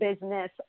business